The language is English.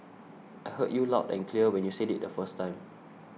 I heard you loud and clear when you said it the first time